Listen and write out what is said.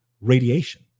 radiation